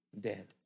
Dead